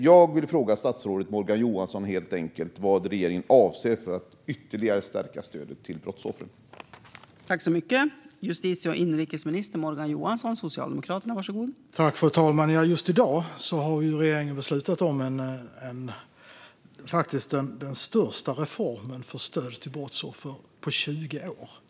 Jag vill fråga statsrådet Morgan Johansson vad regeringen avser att göra för att stärka stödet till brottsoffer ytterligare.